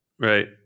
Right